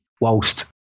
whilst